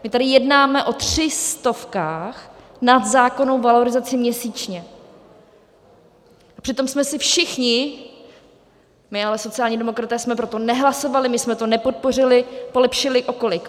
My tady jednáme o třech stovkách nad zákonnou valorizaci měsíčně, a přitom jsme si všichni, ale my sociální demokraté jsme pro to nehlasovali, my jsme to nepodpořili, polepšili o kolik?